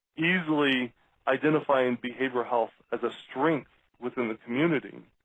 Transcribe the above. easily identifying behavioral health as a strength within the community,